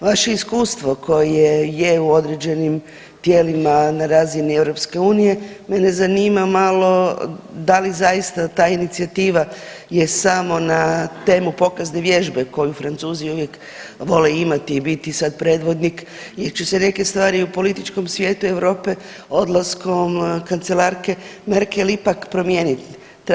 Vaše iskustvo koje je u određenim tijelima na razini EU, mene zanima malo da li zaista ta inicijativa je samo na temu pokazne vježbe koju Francuzi uvijek vole imati i biti sad predvodnik jer će se neke stvari u političkom svijetu Europe odlaskom kancelarke Merkel ipak promijeniti.